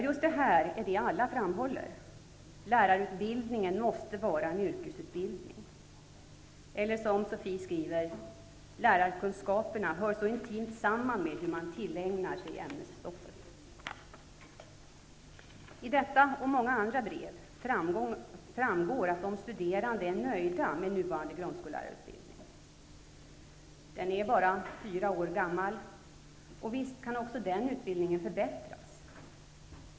Just detta är vad alla framhåller: Lärarutbildningen måste vara en yrkesutbildning. ''Lärarkunskaperna hör så intimt samman med hur man tillägnar sig ämnesstoffet'', som Sofie skriver. Av detta och många andra brev framgår att de studerande är nöjda med den nuvarande grundskollärarutbildningen. Den är bara fyra år gammal, och visst kan också denna utbildning förbättras.